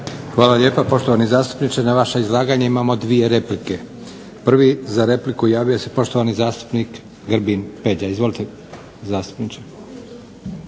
Hvala lijepa poštovani zastupniče. Na vaše izlaganje imamo 2 replike. Prvi za repliku javio se poštovani zastupnik Grbin Peđa. Izvolite zastupniče.